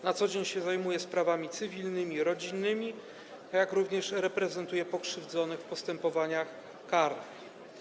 Na co dzień zajmuje się sprawami cywilnymi i rodzinnymi, jak również reprezentuje pokrzywdzonych w postępowaniach karnych.